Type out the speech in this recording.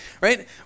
Right